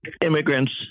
immigrants